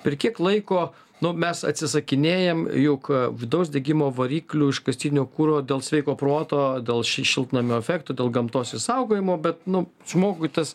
per kiek laiko nu mes atsisakinėjam juk vidaus degimo variklių iškastinio kuro dėl sveiko proto dėl šiltnamio efekto dėl gamtos išsaugojimo bet nu žmogui tas